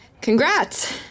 congrats